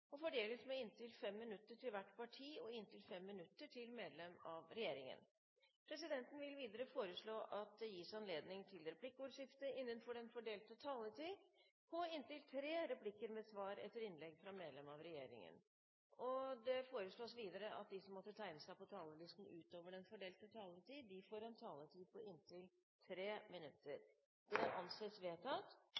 og fordeles med inntil 5 minutter til hvert parti og inntil 5 minutter til medlem av regjeringen. Videre vil presidenten foreslå at det gis anledning til replikkordskifte på inntil tre replikker med svar etter innlegg fra medlem av regjeringen innenfor den fordelte taletid. Det blir videre foreslått at de som måtte tegne seg på talerlisten utover den fordelte taletid, får en taletid på inntil 3 minutter.